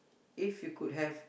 if you could have